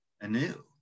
anew